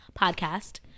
podcast